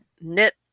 knit